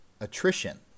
attrition